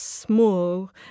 Small